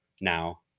now